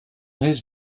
his